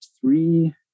three